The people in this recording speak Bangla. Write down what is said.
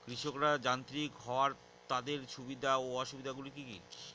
কৃষকরা যান্ত্রিক হওয়ার তাদের সুবিধা ও অসুবিধা গুলি কি কি?